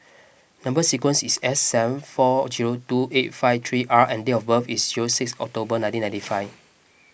Number Sequence is S seven four zero two eight five three R and date of birth is zero six October nineteen ninety five